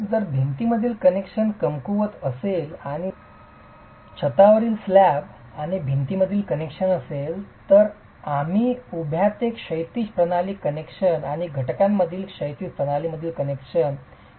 जर भिंतींमधील कनेक्शन कमकुवत असेल आणि जर छतावरील स्लॅब आणि भिंतीमधील कनेक्शन असेल तर आम्ही उभ्या ते क्षैतिज प्रणाली कनेक्शन आणि घटकांमधील क्षैतिज प्रणाली मधील कनेक्शन विषयी बोलत आहोत